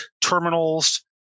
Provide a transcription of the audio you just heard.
terminals